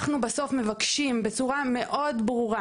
אנחנו בסוף מבקשים בצורה מאוד ברורה